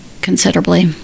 considerably